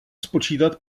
spočítat